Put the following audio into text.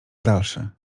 dalszy